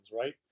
right